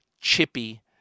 chippy